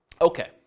Okay